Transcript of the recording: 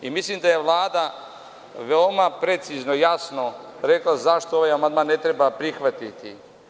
Mislim da je Vlada veoma precizno i jasno rekla zašto ovaj amandman ne treba prihvati.